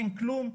אין כלום,